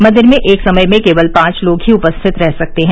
मंदिर में एक समय में केवल पांच लोग ही उपस्थित रह सकते हैं